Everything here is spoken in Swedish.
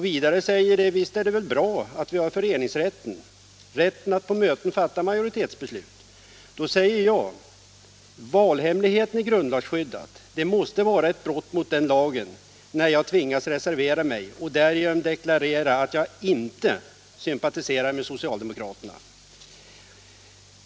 Vidare säger de: Visst är det väl bra att vi har föreningsrätten, rätten att på möten fatta majoritetsbeslut. Då svarar jag: Valhemligheten är grundlagsskyddad. Det måste vara ett brott mot den lagen när jag tvingas reservera mig och därigenom deklarera att jag inte sympatiserar med socialdemokraterna.